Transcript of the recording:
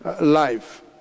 life